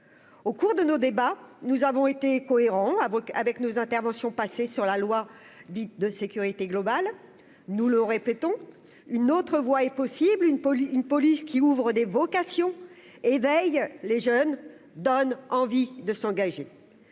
au cours de nos débats, nous avons été cohérent avec avec nos interventions passées sur la loi dite de sécurité globale, nous le répétons une autre voie est possible une police, une police qui ouvrent des vocations éveille les jeunes donnent envie de s'engager,